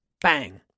Bang